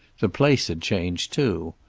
the place had changed, too.